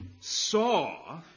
saw